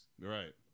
right